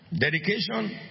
Dedication